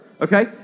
Okay